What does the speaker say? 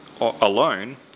alone